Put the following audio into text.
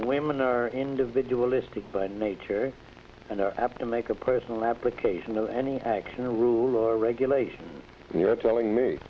women are individualistic by nature and are apt to make a personal application of any action or rule or regulation and you're telling me